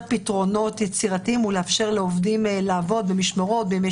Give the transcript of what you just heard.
פתרונות יצירתיים ולאפשר לעובדים לעבוד במשמרות בימי